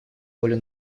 волю